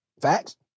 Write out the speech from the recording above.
Facts